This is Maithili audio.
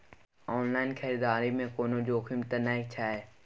ऑनलाइन खरीददारी में कोनो जोखिम त नय छै?